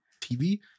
TV